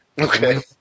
Okay